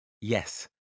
Yes